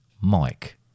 Mike